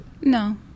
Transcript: No